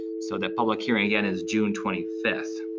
so that public hearing, again, is june twenty fifth.